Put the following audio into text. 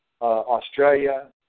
Australia